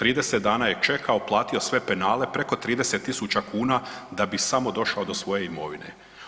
30 dana je čekao, platio sve penale, preko 30 000 kuna da bi samo došao do svoje imovine.